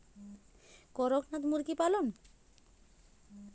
করকনাথ মুরগি পালন?